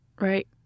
right